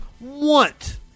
want